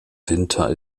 winter